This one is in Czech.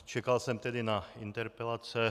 Čekal jsem tedy na interpelace.